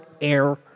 air